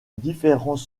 différents